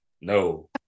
No